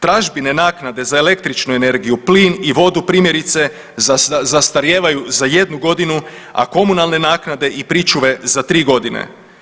Tražbine, naknade za električnu energiju, plin i vodu primjerice zastarijevaju za jednu godinu, a komunalne naknade i pričuve za tri godine.